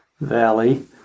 Valley